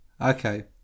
Okay